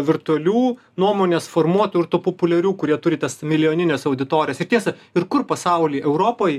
virtualių nuomonės formuotojų ir tų populiarių kurie turi tas milijonines auditorijas ir tiesa ir kur pasauly europoj